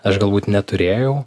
aš galbūt neturėjau